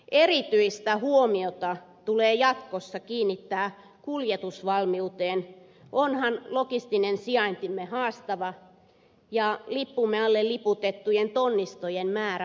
erityistä huomiota tulee jatkossa kiinnittää kuljetusvalmiuteen onhan logistinen sijain timme haastava ja lippumme alle liputettujen tonnistojen määrä varsin niukka